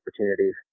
opportunities